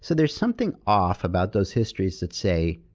so there's something off about those histories that say.